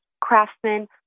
craftsmen